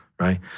right